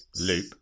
Loop